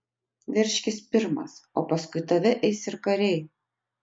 veržkis pirmas o paskui tave eis ir kariai